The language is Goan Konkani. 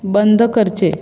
बंद करचें